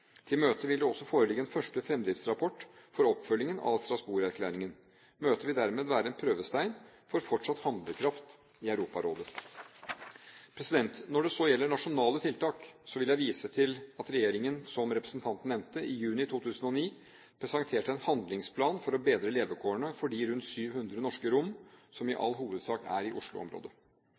Til møtet vil det også foreligge en første fremdriftsrapport for oppfølgingen av Strasbourg-erklæringen. Møtet vil dermed være en prøvestein for fortsatt handlekraft i Europarådet. Når det så gjelder nasjonale tiltak, vil jeg vise til at regjeringen, som representanten nevnte, i juni 2009 presenterte en handlingsplan for å bedre levekårene for de rundt 700 norske romene, som i all hovedsak er i